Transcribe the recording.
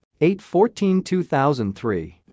8-14-2003